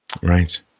Right